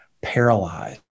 paralyzed